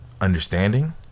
understanding